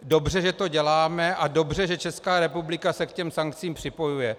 Dobře, že to děláme, a dobře, že Česká republika se k sankcím připojuje.